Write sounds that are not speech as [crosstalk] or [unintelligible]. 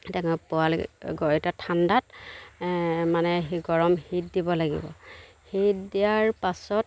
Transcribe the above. পোৱালি [unintelligible] এতিয়া ঠাণ্ডাত মানে হিট গৰম হিট দিব লাগিব হিট দিয়াৰ পাছত